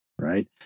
right